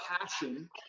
passion